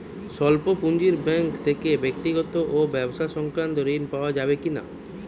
স্বল্প পুঁজির ব্যাঙ্ক থেকে ব্যক্তিগত ও ব্যবসা সংক্রান্ত ঋণ পাওয়া যাবে কিনা?